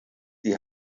die